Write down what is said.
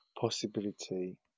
possibility